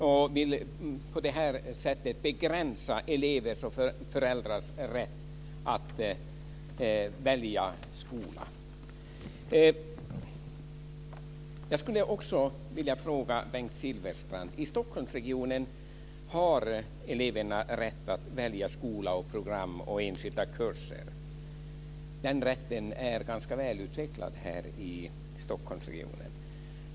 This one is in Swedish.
Han vill på det sättet begränsa elevers och föräldrars rätt att välja skola. Jag skulle vilja ställa en fråga till Bengt Silfverstrand. I Stockholmsregionen har eleverna rätt att välja skola, program och enskilda kurser. Den rätten är ganska välutvecklad här i Stockholmsregionen.